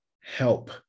help